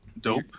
dope